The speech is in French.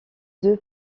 deux